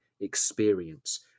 experience